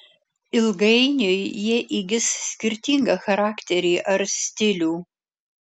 ilgainiui jie įgis skirtingą charakterį ar stilių